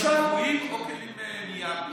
או כלים קבועים או כלים מנייר וקרטון.